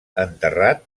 enterrat